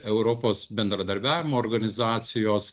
europos bendradarbiavimo organizacijos